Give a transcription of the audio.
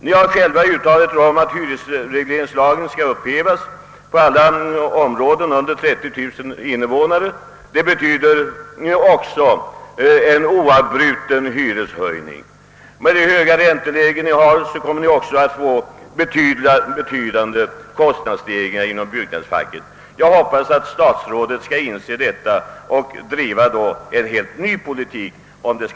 Ni har själv uttalat att hyresregleringslagen skall upphävas på alla orter med mindre än 30 000 invånare. Det betyder också en oavbruten hyreshöjning. Eftersom räntan ligger så högt kommer vi också att få betydande kostnadsstegringar inom byggnadsfacket. Jag hoppas att statsrådet skall inse detta och ändra sin politik.